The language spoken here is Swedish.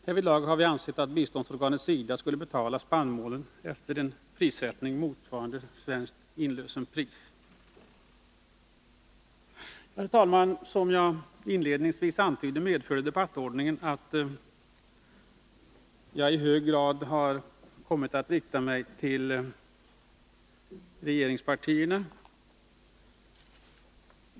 Härvidlag har vi ansett att biståndsorganet SIDA skulle betala spannmålen efter en prissättning motsvarande svenskt inlösenpris. Herr talman! Som jag inledningsvis antydde medför debattordningen att jag i hög grad har kommit att rikta mig till regeringspartierna.